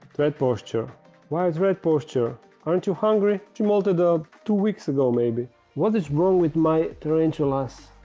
thread posture why it's red posture aren't you hungry to molted up two weeks ago, maybe what is wrong with my tarantulas